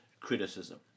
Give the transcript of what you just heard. criticism